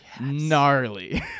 gnarly